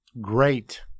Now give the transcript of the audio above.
Great